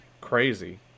crazy